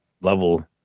level